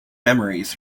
memories